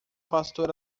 pastor